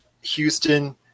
houston